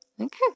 Okay